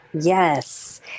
Yes